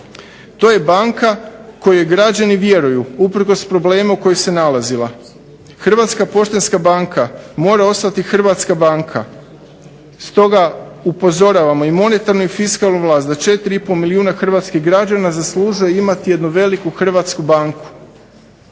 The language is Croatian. To je banka kojoj građani vjeruju usprkos problemu u kojem se nalazila. Hrvatska poštanska banka mora ostati hrvatska banka, stoga upozoravamo i monetarnu i fiskalnu vlast da 4,5 milijuna hrvatskih građana zaslužuje imati jednu veliku hrvatsku banku.